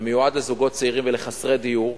זה מיועד לזוגות צעירים ולחסרי דיור.